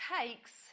takes